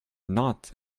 not